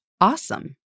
awesome